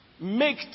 Make